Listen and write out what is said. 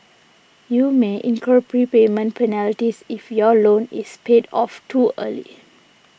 you may incur prepayment penalties if your loan is paid off too early